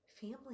family